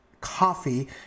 coffee